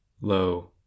Lo